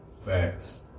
Facts